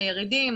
הירידים,